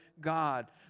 God